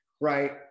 right